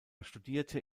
studierte